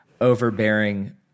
overbearing